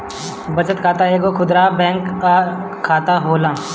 बचत खाता एगो खुदरा बैंक कअ खाता होला